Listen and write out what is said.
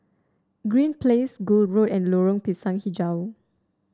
Green Place Gul Road and Lorong Pisang hijau